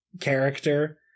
character